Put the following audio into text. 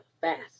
fast